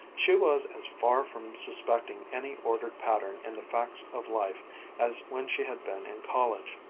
she was as far from suspecting any ordered pattern in the facts of life as when she had been in college,